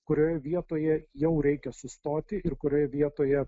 kurioje vietoje jau reikia sustoti ir kurioje vietoje